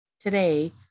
Today